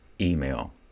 email